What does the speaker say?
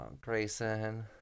Grayson